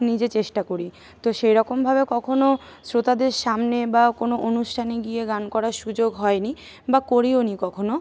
নিজে চেষ্টা করি তো সেরকমভাবেও কখনও শ্রোতাদের সামনে বা কোনও অনুষ্ঠানে গিয়ে গান করার সুযোগ হয়নি বা করিওনি কখনও